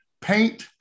paint